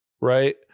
right